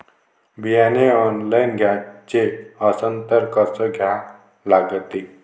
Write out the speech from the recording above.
बियाने ऑनलाइन घ्याचे असन त कसं घ्या लागते?